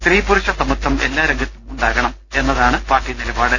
സ്ത്രീ പുരുഷ സമത്വം എല്ലാ രംഗത്തും ഉണ്ടാകണം എന്ന താണ് പാർട്ടി നിലപാട്